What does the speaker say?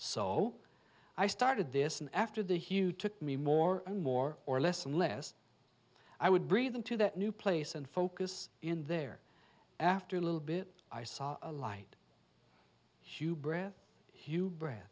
so i started this and after the hue took me more and more or less and less i would breathe into that new place and focus in there after a little bit i saw a light whew breath whew breath